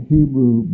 Hebrew